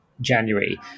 January